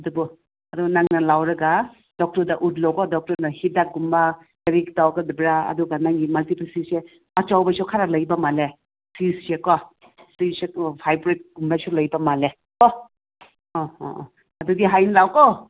ꯑꯗꯨꯕꯨ ꯑꯗꯨ ꯅꯪꯅ ꯂꯧꯔꯒ ꯗꯣꯛꯇꯔꯗ ꯎꯠꯂꯣꯀꯣ ꯗꯣꯛꯇꯔꯅ ꯍꯤꯗꯥꯛꯀꯨꯝꯕ ꯀꯔꯤ ꯇꯧꯒꯗꯕ꯭ꯔꯥ ꯑꯗꯨꯒ ꯅꯪꯒꯤ ꯃꯜꯇꯤꯄꯜ ꯁꯤꯁꯁꯦ ꯑꯆꯧꯕꯁꯨ ꯈꯔ ꯂꯩꯕ ꯃꯥꯜꯂꯦ ꯁꯤꯁꯁꯦꯀꯣ ꯁꯤꯁꯁꯦꯀꯣ ꯍꯥꯏꯕ꯭ꯔꯤꯠꯀꯨꯝꯕꯁꯨ ꯂꯩꯕ ꯃꯥꯜꯂꯦ ꯀꯣ ꯑꯥ ꯑꯥ ꯑꯥ ꯑꯗꯨꯗꯤ ꯍꯌꯦꯡ ꯂꯥꯛꯑꯣ ꯀꯣ